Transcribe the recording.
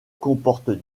comporte